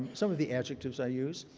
some of the adjectives i use.